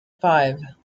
five